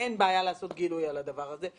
שאין בעיה לעשות גילוי על הדבר הזה,